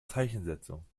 zeichensetzung